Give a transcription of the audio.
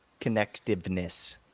connectiveness